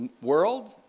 world